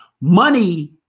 money